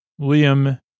Liam